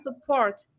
support